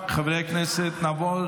16 בעד, אפס מתנגדים, אפס נמנעים.